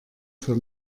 für